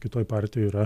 kitoj partijoj yra